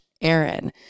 Aaron